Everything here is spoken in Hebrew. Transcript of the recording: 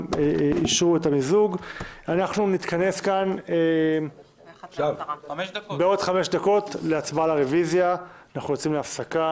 חוק ומשפט למיזוג הצעות חוק שהצביעו עליהן אתמול בכנסת: